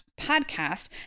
podcast